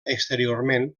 exteriorment